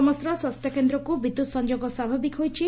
ସମସ୍ତ ସ୍ୱାସ୍ଥ୍ୟକେନ୍ଦ୍ରକୁ ବିଦ୍ୟୁତ୍ ସଂଯୋଗ ସ୍ୱାଭାବିକ ହୋଇଛି